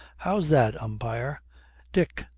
how's that, umpire dick,